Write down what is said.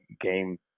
game